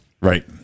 Right